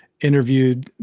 interviewed